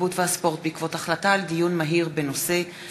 התרבות והספורט בעקבות דיון מהיר בהצעתה של חברת הכנסת